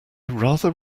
rather